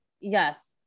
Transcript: Yes